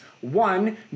One